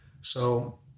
So-